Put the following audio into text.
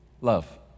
Love